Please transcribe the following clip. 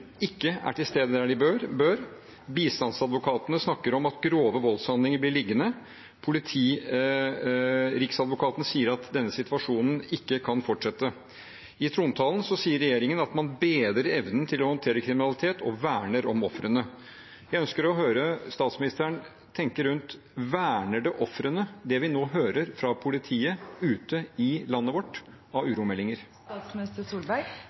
ikke er til stede der de bør, bistandsadvokatene snakker om at saker om grove voldshandlinger blir liggende. Riksadvokaten sier at denne situasjonen ikke kan fortsette. I trontalen sier regjeringen at man bedrer evnen til å håndtere kriminalitet og «verne om ofrene». Jeg ønsker å høre statsministerens tanker rundt: